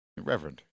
Reverend